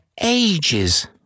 ages